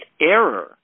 error